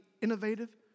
innovative